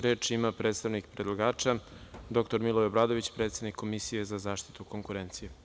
Reč ima predstavnik predlagača dr Miloje Obradović, predsednik Komisije za zaštitu konkurencije.